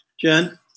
Jen